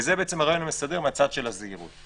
וזה בעצם הרעיון המסדר מהצד של הזהירות.